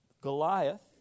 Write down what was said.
Goliath